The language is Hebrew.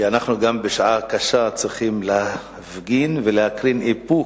גם בשעה קשה אנחנו צריכים להפגין ולהקרין איפוק,